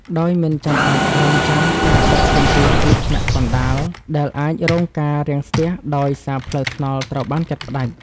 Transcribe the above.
ដោយមិនចាំបាច់រង់ចាំការដឹកជញ្ជូនពីថ្នាក់កណ្តាល ដែលអាចរងការរាំងស្ទះដោយសារផ្លូវថ្នល់ត្រូវបានកាត់ផ្តាច់។